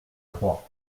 trois